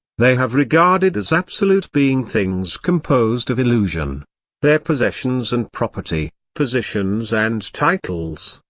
they have regarded as absolute being things composed of illusion their possessions and property, positions and titles,